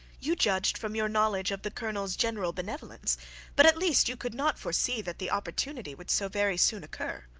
you judged from your knowledge of the colonel's general benevolence but at least you could not foresee that the opportunity would so very soon occur.